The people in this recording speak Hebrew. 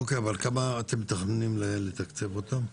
אוקיי, אבל בכמה אתם מתכננים לתקצב אותו?